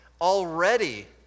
already